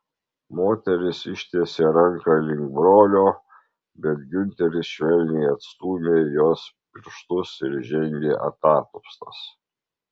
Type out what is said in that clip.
moteris ištiesė ranką link brolio bet giunteris švelniai atstūmė jos pirštus ir žengė atatupstas